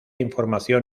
información